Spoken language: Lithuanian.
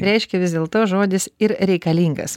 reiškia vis dėlto žodis ir reikalingas